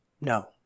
No